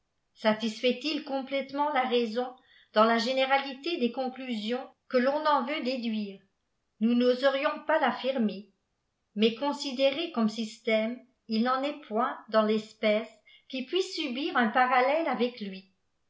satisfait il complètement la raison dans la fp néralitédes conclusions que ton en veut déduira nous noserioas pas tafbrmer mais considéré comme système il n'en est point dans tespèce qui puisse subir un parallèle avec lui